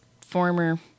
former